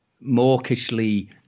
mawkishly